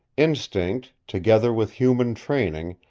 instinct, together with human training,